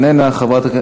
אינה נוכחת,